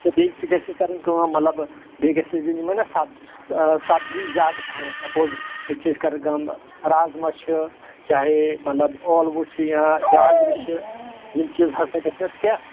تہٕ بیٚیہِ تہِ گژھٮ۪س کَرٕنۍ کٲم مطلب بیٚیہِ گژھٮ۪س دِنۍ یِمٕے نا سبزی سبزی زیادٕ پَہَنم سپوز ییٚتہِ چھِ أسۍ کران کٲم رازما چھِ چاہے مطلب ٲلوٕ چھِ یا گازرِ چھِ یِم چیٖز ہَسا گژھِ نَس کیٛاہ